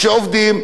גם בקיץ,